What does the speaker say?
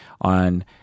on